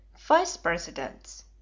Vice-Presidents